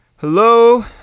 Hello